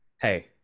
hey